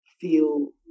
feel